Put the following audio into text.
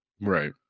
Right